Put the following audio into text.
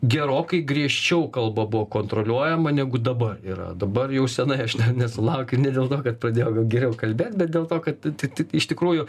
gerokai griežčiau kalba buvo kontroliuojama negu dabar yra dabar jau senai aš ne nesulaukiu ne dėl to kad pradėjau geriau kalbėt bet dėl to kad tai tai iš tikrųjų